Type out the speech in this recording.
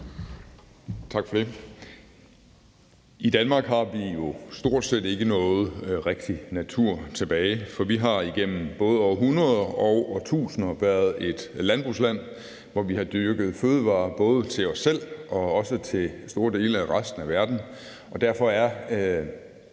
Tak for det. I Danmark har vi jo stort set ikke noget rigtig natur tilbage, for vi har igennem århundreder og årtusinder været et landbrugsland, hvor vi har dyrket fødevarer både til os selv og også store dele af resten af verden,